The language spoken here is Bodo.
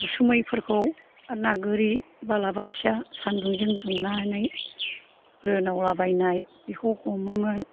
दुसुमैफोरखौ आर ना गोरि बालाबाथिया सान्दुंजों दुंनानै रोनावलाबायनाय बेखौ हमोमोन